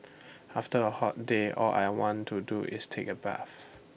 after A hot day all I want to do is take A bath